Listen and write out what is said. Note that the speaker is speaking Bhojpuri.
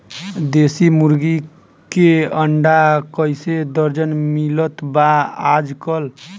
देशी मुर्गी के अंडा कइसे दर्जन मिलत बा आज कल?